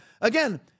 Again